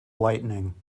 lightning